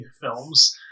films